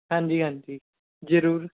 ਹਾਂਜੀ ਹਾਂਜੀ ਜ਼ਰੂਰ